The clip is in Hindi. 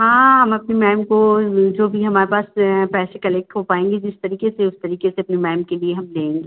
हाँ हम अपनी मैम को जो भी हमारे पास पैसे कलेक्ट हो पाएँगे जिस तरीक़े से उस तरीक़े से अपनी मैम के लिए हम लेंगे